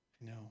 no